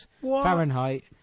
Fahrenheit